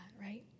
right